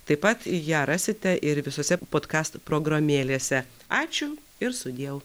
taip pat ją rasite ir visose podkast programėlėse ačiū ir sudieu